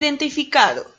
identificado